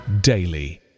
daily